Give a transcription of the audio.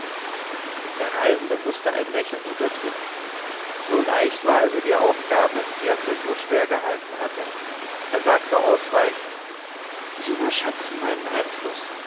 der reisende mußte ein lächeln unterdrücken so leicht war also die aufgabe die er für so schwer gehalten hatte er sagte ausweichend sie überschätzen meinen einfluß